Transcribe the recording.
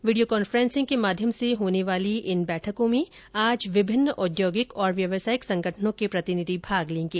video conferencing के माध्यम से होने वाली इन बैठकों में आज विभिन्न औद्योगिक और व्यावसायिक संगठनों के प्रतिनिधि भाग लेंगे